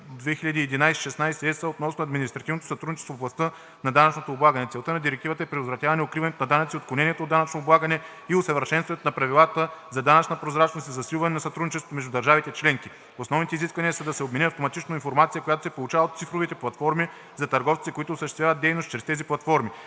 в областта на данъчното облагане. Целта на Директивата е предотвратяване укриването на данъци, отклонението от данъчно облагане и усъвършенстване на правилата за данъчна прозрачност и за засилване на сътрудничеството между държавите членки. Основните изисквания са да се обменя автоматично информация, която се получава от цифровите платформи, за търговците, които осъществяват дейност чрез тези платформи.